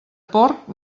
porc